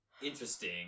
interesting